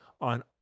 on